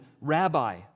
rabbi